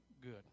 good